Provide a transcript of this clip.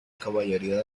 caballería